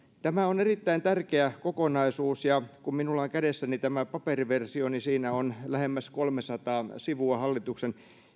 tämä on erittäin tärkeä kokonaisuus ja kun minulla on kädessäni tämä paperiversio niin siinä on lähemmäs kolmesataa sivua hallituksen